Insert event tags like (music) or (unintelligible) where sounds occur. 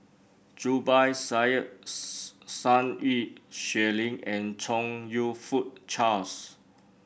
Zubir Said (unintelligible) Sun (unintelligible) Xueling and Chong You Fook Charles